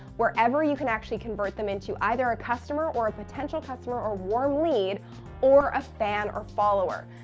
wherever you can actually convert them into either a customer or a potential customer or warm lead or a fan or follower.